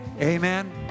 Amen